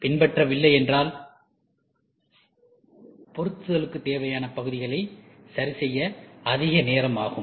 பின்பற்றவில்லை என்றால் பொருத்துதலுக்குத் தேவையான பகுதிகளை சரிசெய்ய அதிக நேரம் ஆகும்